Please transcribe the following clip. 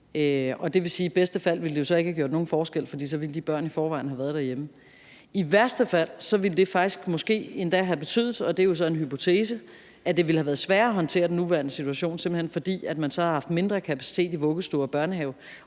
Det vil sige, at det i bedste fald ikke ville have gjort nogen forskel, for så ville de børn i forvejen havde været hjemme. I værste fald ville det måske endda have betyde, og det er jo så en hypotese, at det ville have været sværere at håndtere den nuværende situation, simpelt hen fordi man så ville have haft mindre kapacitet i vuggestuer og børnehaver